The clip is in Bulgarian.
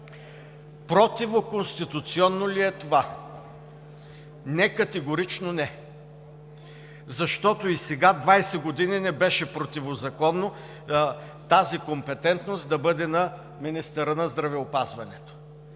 Противоконституционно ли е това? Не, категорично не! Защото и сега 20 години не беше противозаконно тази компетентност да бъде на министъра на здравеопазването.